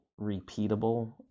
repeatable